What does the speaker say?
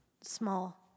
small